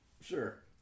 Sure